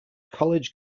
college